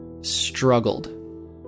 Struggled